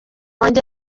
wanjye